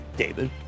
David